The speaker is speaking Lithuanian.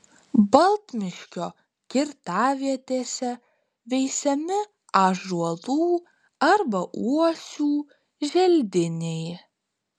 baltmiškio kirtavietėse veisiami ąžuolų arba uosių želdiniai